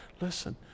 Listen